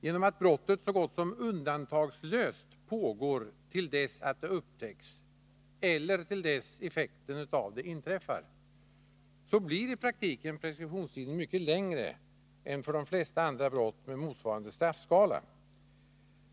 Genom att brottet så gott som undantagslöst pågår till dess att det upptäcks eller till dess effekten av det inträffar, blir preskriptionstiden i praktiken mycket längre än för de flesta andra brott med motsvarande straffskala.